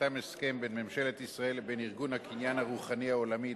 נחתם הסכם בין ממשלת ישראל לבין ארגון הקניין הרוחני העולמי,